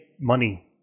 money